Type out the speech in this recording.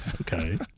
Okay